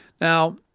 Now